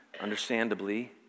understandably